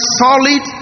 solid